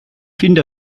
finde